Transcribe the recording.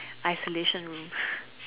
isolation room